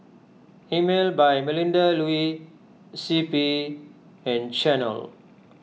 Emel by Melinda Looi C P and Chanel